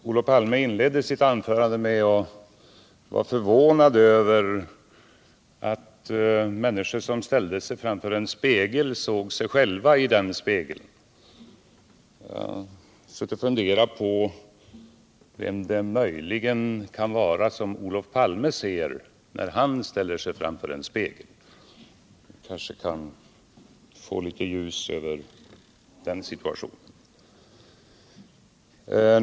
Herr talman! Olof Palme inledde sitt anförande med att uttrycka förvåning över att människor som ställer sig framför en spegel ser sig själva i den spegeln. Jag har suttit och funderat på vem det möjligen kan vara som Olof Palme scr när han ställer sig framför en spegel. Vi kanske kan få litet ljus över den frågeställningen.